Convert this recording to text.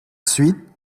suite